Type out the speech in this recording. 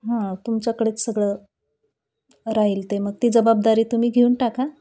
हं तुमच्याकडेच सगळं राहील ते मग ती जबाबदारी तुम्ही घेऊन टाका